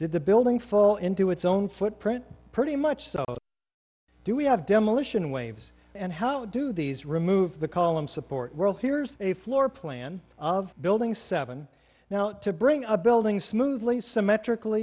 did the building fall into it's own footprint pretty much so do we have demolition waves and how do these remove the columns support world here's a floor plan of building seven now to bring a building smoothly symmetrical